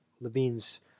Levine's